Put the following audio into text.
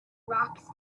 rocks